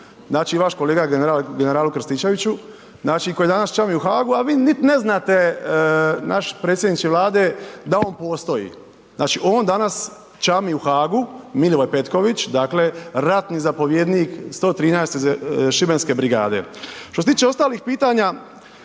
vaš kolega generale Krstičeviću, koji danas čami u Haagu, a vi ne znate naš predsjedniče Vlade, da on postoji. Znači on danas čami u Haagu, Milivoj Petković, dakle, ratni zapovjednik 113. šibenske brigade. Što se tiče ostalih pitanja,